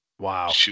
Wow